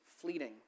fleeting